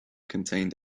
contained